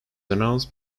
announced